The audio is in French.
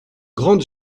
grande